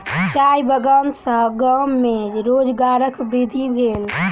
चाय बगान सॅ गाम में रोजगारक वृद्धि भेल